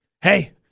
hey